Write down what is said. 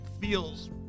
feels